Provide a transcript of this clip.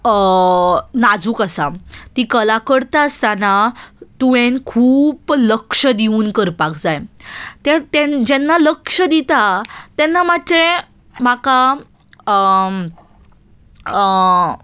नाजूक आसा ती कला करता आसतना तुवें खूब लक्ष दिवन करपाक जाय ते जेन्ना लक्ष दिता तेन्ना मातशें म्हाका